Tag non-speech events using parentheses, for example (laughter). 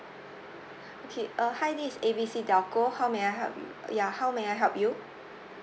(breath) okay uh hi this A B C telco how may I help you ya how may I help you